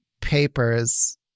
papers